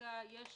כרגע יש